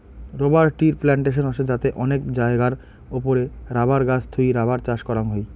rubber ট্রির plantation হসে যাতে অনেক জায়গার ওপরে রাবার গাছ থুই রাবার চাষ করাং হই